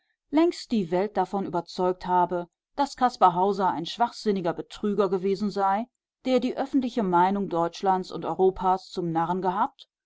längst die welt davon überzeugt habe daß caspar hauser ein schwachsinniger betrüger gewesen sei der die öffentliche meinung deutschlands und europas zum narren gehabt